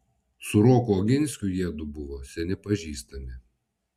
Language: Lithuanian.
su roku oginskiu jiedu buvo seni pažįstami